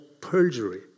perjury